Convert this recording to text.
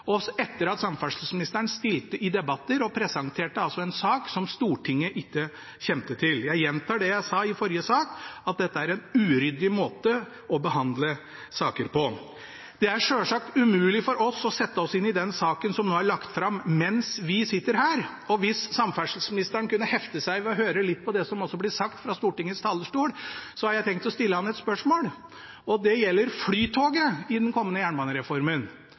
halvt døgn etter at samferdselsministeren hadde pressekonferanse, og etter at samferdselsministeren stilte i debatter og presenterte en sak som Stortinget ikke kjente til. Jeg gjentar det jeg sa i forrige sak: Dette er en uryddig måte å behandle saker på. Det er selvsagt umulig for oss å sette oss inn i den saken som ble lagt fram mens vi sitter her. Hvis samferdselsministeren kunne heftes ved å høre litt på også det som blir sagt fra Stortingets talerstol, har jeg tenkt å stille ham et spørsmål. Det gjelder Flytoget i den kommende jernbanereformen.